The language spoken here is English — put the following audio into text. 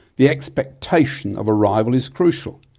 the expectation of arrival is crucial.